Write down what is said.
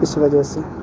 اس وجہ سے